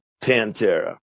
Pantera